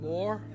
More